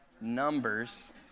numbers